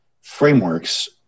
frameworks